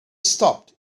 stopped